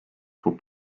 for